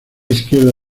izquierda